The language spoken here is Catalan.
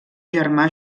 germà